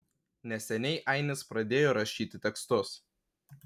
neseniai ainis pradėjo rašyti tekstus